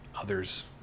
others